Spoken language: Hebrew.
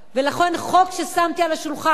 ולכן חוק ששמתי על השולחן,